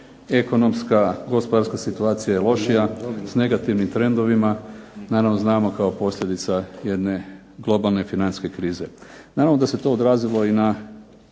ekonomska gospodarska situacija je lošija, s negativnim trendovima. Naravno znamo kao posljedica jedne globalne financijske krize. Naravno da se to odrazilo i na